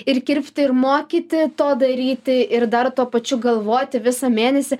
ir kirpti ir mokyti to daryti ir dar tuo pačiu galvoti visą mėnesį